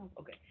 Okay